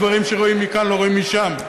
דברים שרואים מכאן לא רואים משם?